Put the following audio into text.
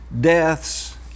deaths